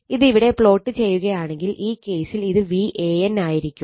ഇത് ഇവിടെ പ്ലോട്ട് ചെയ്യുകയാണെങ്കിൽ ഈ കേസിൽ ഇത് Van ആയിരിക്കും